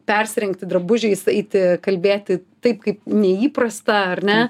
persirengti drabužiais eiti kalbėti taip kaip neįprasta ar ne